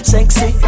Sexy